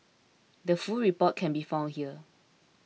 the full report can be found here